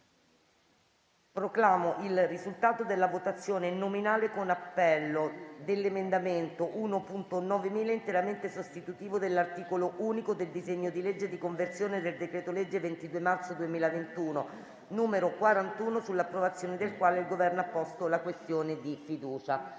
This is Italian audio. Proclamo il risultato della votazione nominale con appello dell'emendamento 1.9000 (testo corretto), interamente sostitutivo dell'articolo unico del disegno di legge di conversione in legge del decreto-legge 22 marzo 2021, n. 41, sull'approvazione del quale il Governo ha posto la questione di fiducia: